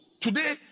today